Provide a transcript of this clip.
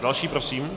Další prosím.